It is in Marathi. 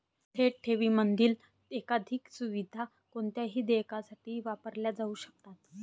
थेट ठेवींमधील एकाधिक सुविधा कोणत्याही देयकासाठी वापरल्या जाऊ शकतात